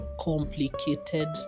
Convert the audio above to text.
complicated